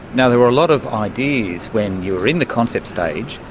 and there were a lot of ideas when you were in the concept stage.